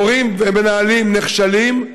מורים ומנהלים נכשלים,